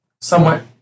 somewhat